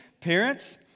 Parents